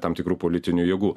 tam tikrų politinių jėgų